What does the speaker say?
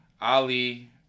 Ali